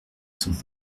sont